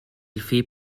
fait